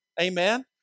Amen